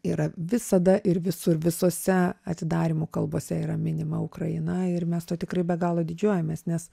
yra visada ir visur visose atidarymų kalbose yra minima ukraina ir mes tuo tikrai be galo didžiuojamės nes